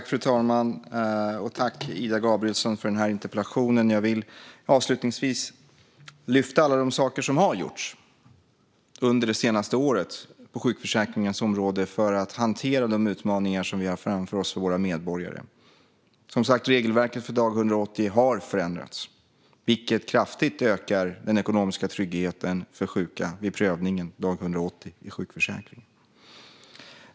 Fru talman! Tack, Ida Gabrielsson, för interpellationen! Jag vill avslutningsvis lyfta fram alla de saker som har gjorts under det senaste året på sjukförsäkringens område för att hantera de utmaningar som vi har framför oss för våra medborgare. Regelverket för dag 180 har förändrats, vilket kraftigt ökar den ekonomiska tryggheten för sjuka vid prövningen dag 180 i sjukförsäkringen.